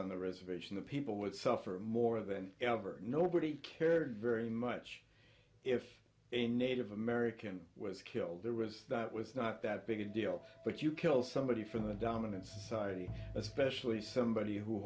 on the reservation the people would suffer more than ever nobody cared very much if a native american was killed there was that was not that big a deal but you kill somebody from the dominant society especially somebody who